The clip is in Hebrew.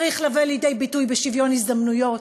צריכה לבוא לידי ביטוי בשוויון הזדמנויות,